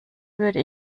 würde